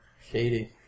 Shady